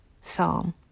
psalm